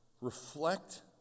reflect